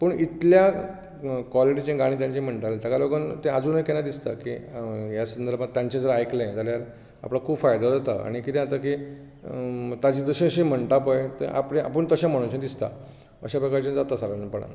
पूण इतल्या कॉलीटीचें गाणी तांची म्हणटाले ताकां लागून तें अजुनूय केन्ना दिसता ह्या संदर्भात तांचे जर आयकलें जाल्यार आपलो खूब फायदो जाता आनी कितें जाता की तांचे जशे जशे म्हणटा पळय आपूण तशें म्हणूशें दिसता अशें प्रकारचें जाता सादारणपणान